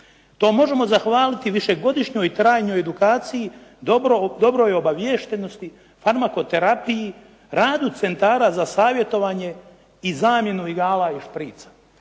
To možemo zahvaliti višegodišnjoj trajnoj edukaciji, dobroj obaviještenosti, farmakoterapiji, radu centara za savjetovanje i zamjenu igala ili šprica.